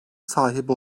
sahibi